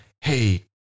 Hey